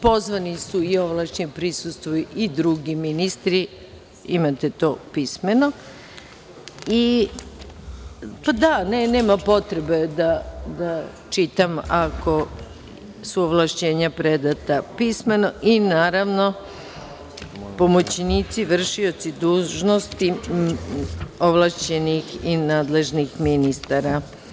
Pozvani su i ovlašćeni i drugi ministri, imate to pismeno, nema potrebe da čitam ako su ovlašćenja predata pismeno i naravno pomoćnici, vršioci dužnosti ovlašćenih i nadležnih ministara.